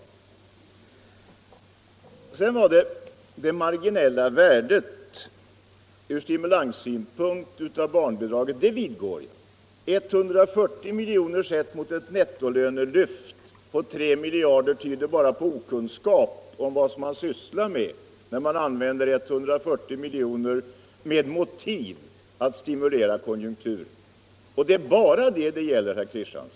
Vad sedan gäller det marginella värdet ur stimulanssynpunkt av barnbidragshöjningen vidgår jag det. Om man hävdar att 140 miljoner, mot bakgrunden av nettolönelyftet på 3 miljarder kronor, skulle ha någon konjunturstimulerande effekt röjer man bara sin okunskap om vad man sysslar med. Och det är bara det det gäller, herr Kristiansson.